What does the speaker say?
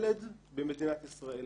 ילד במדינת ישראל,